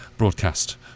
Broadcast